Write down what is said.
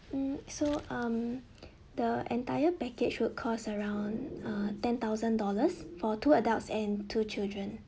mm so um the entire package would cost around uh ten thousand dollars for two adults and two children